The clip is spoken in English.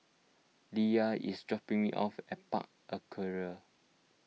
Lyla is dropping me off at Park Aquaria